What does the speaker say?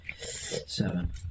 Seven